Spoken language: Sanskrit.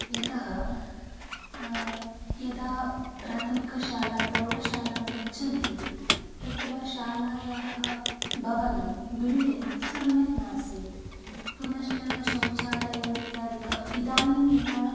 यतः यदा प्राथमिकशालां प्रौढशालां गच्छन्ति तत्र शालायाः भवनं बिल्डिङ्ग् सम्यक् नासीत् पुनश्च शौचालयमित्यादिकम् इदानीं यथा